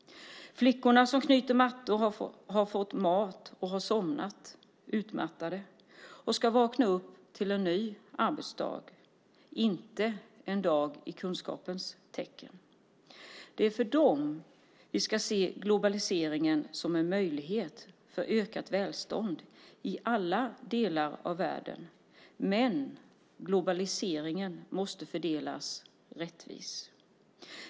Flickorna som knyter mattor har fått mat och har somnat utmattade och ska vakna upp till en ny arbetsdag, inte en dag i kunskapens tecken. Det är för dem vi ska se globaliseringen som en möjlighet till ökat välstånd i alla delar av världen, men globaliseringen måste fördelas rättvist.